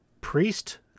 Priest